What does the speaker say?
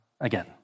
again